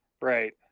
Right